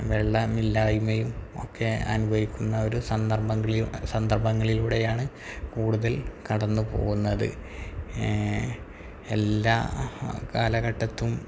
വെള്ളമില്ലായ്മയും ഒക്കെ അനുഭവിക്കുന്ന ഒരു സന്ദർഭങ്ങളിൽ സന്ദർഭങ്ങളിലൂടെയാണ് കൂടുതൽ കടന്നു പോകുന്നത് എല്ലാ കാലഘട്ടത്തിലും